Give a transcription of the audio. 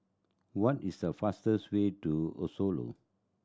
what is the fastest way to a Oslo